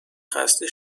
خسته